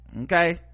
Okay